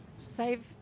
save